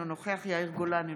אינו נוכח יאיר גולן,